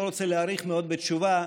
לא רוצה להאריך מאוד בתשובה,